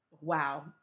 wow